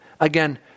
Again